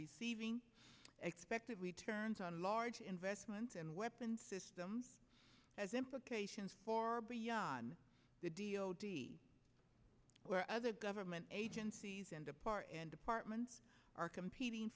receiving expected returns on large investment and weapons system has implications for on the d o d where other government agencies and apart and departments are competing